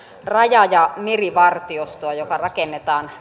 raja ja merivartiostoa joka rakennetaan